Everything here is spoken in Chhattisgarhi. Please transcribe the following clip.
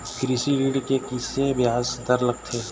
कृषि ऋण के किसे ब्याज दर लगथे?